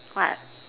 what